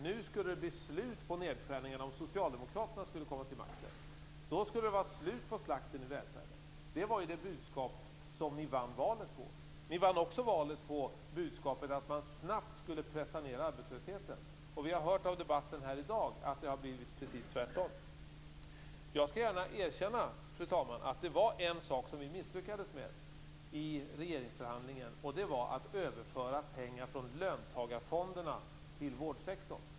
Det skulle bli slut på nedskärningarna, om Socialdemokraterna kom till makten. Då skulle det vara slut på slakten i välfärden. Det var ju det budskap som ni vann valet på. Ni vann också valet på budskapet att man snabbt skulle pressa ned arbetslösheten. Men vi har hört av debatten här i dag att det har blivit precis tvärtom. Jag skall gärna erkänna, fru talman, att det var en sak som vi misslyckades med i regeringsförhandlingen, nämligen att överföra pengar från löntagarfonderna till vårdsektorn.